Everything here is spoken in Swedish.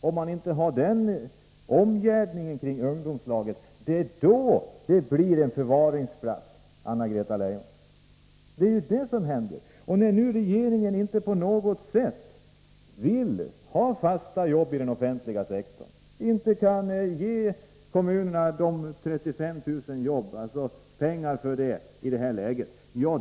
Om man inte har den principen, då blir de en förvaringsplats, Anna-Greta Leijon. Regeringen vill inte på något sätt ha fasta jobb i den offentliga sektorn och kan inte ge kommunerna pengar till 35 000 jobb i det här läget.